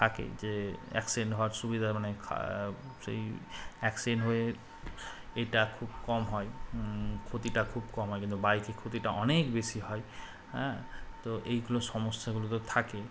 থাকে যে অ্যাক্সিডেন্ট হওয়ার সুবিধা মানে সেই অ্যাক্সিডেন্ট হয়ে এটা খুব কম হয় ক্ষতিটা খুব কম হয় কিন্তু বাইকে ক্ষতিটা অনেক বেশি হয় হ্যাঁ তো এইগুলো সমস্যাগুলো তো থাকে